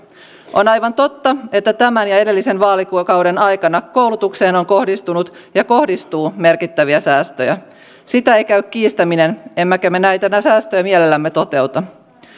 on aivan totta että tämän ja edellisen vaalikauden aikana koulutukseen on kohdistunut ja kohdistuu merkittäviä säästöjä sitä ei käy kiistäminen emmekä me näitä säästöjä mielellämme toteuta